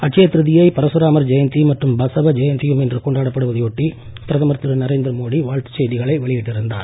அட்சய திரிதியை பரசுராமர் ஜெயந்தி மற்றும் பசவ ஜெயந்தியும் இன்று கொண்டாடப்படுவதை ஒட்டி பிரதமர் திரு நரேந்திர மோடி வாழ்த்துச் செய்திகளை வெளியிட்டு இருந்தார்